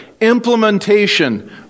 implementation